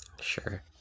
Sure